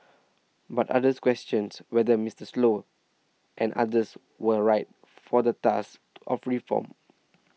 but others questioned whether Mister Sloan and others were right for the task of reform